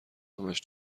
همش